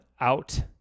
out